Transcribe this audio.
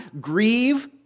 grieve